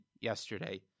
yesterday